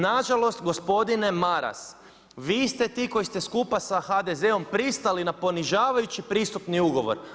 Nažalost, gospodine Maras, vi ste ti koji ste skupa sa HDZ-om pristali na ponižavajući pristupni ugovor.